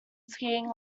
skiing